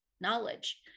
knowledge